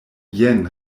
jen